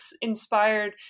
inspired